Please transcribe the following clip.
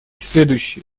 следующие